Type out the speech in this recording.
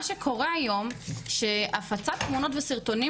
מה שקורה היום זה שהפצת התמונות והסרטונים